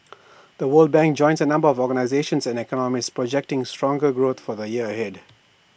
the world bank joins A number of organisations and economists projecting stronger growth for the year ahead